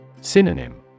Synonym